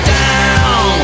down